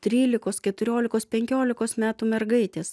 trylikos keturiolikos penkiolikos metų mergaitės